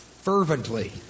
fervently